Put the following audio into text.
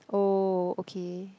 oh okay